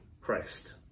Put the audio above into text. Christ